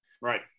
right